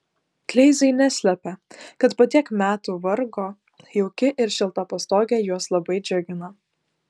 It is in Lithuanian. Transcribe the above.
kleizai neslepia kad po tiek metų vargo jauki ir šilta pastogė juos labai džiugina